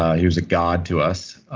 he was a god to us.